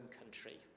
country